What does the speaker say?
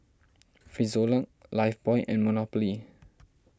Frisolac Lifebuoy and Monopoly